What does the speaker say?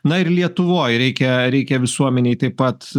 na ir lietuvoj reikia reikia visuomenei taip pat